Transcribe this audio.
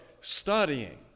studying